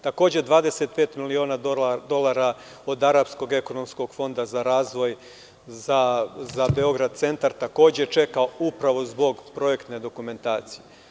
Takođe, 25 miliona dolara od Arapskog ekonomskog fonda za razvoj, za Beograd centar, takođe čeka upravo zbog projektne dokumentacije.